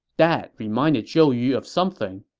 that reminded zhou yu of something.